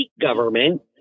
government